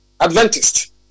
Adventist